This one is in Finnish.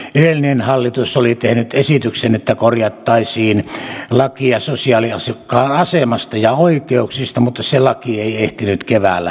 edellinen hallitus oli tehnyt esityksen että korjattaisiin lakia sosiaaliasiakkaan asemasta ja oikeuksista mutta se laki ei ehtinyt keväällä valmistua